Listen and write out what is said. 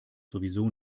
sowieso